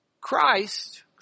Christ